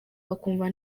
akumva